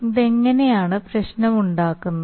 ഇത് എങ്ങനെയാണ് പ്രശ്നമുണ്ടാക്കുന്നത്